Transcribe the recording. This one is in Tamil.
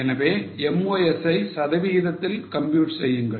எனவே MOS ஐ சதவிகிதத்தில் compute செய்யுங்கள்